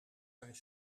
zijn